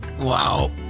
Wow